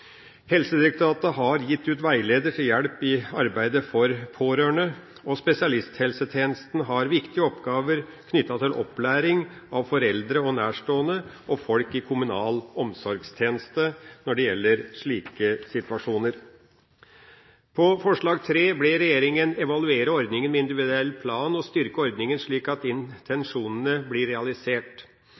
Helsedirektoratet har gitt ut veileder til hjelp i arbeidet for pårørende, og spesialisthelsetjenesten har viktige oppgaver knyttet til opplæring av foreldre og nærstående og folk i kommunal omsorgstjeneste når det gjelder slike situasjoner. I forslag nr. 3 blir regjeringa bedt om å evaluere ordninga med individuell plan og styrke den slik at intensjonene blir realisert.